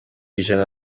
ijana